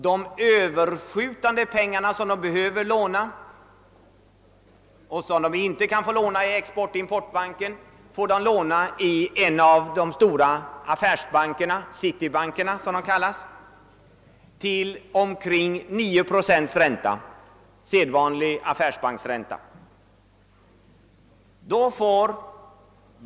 De överskjutande pengarna, som det inte kan få låna i Export-importbanken, får varvet låna i en av de stora affärsbankerna, citybankerna, till sedvanlig affärsbanksränta, omkring 9 procent.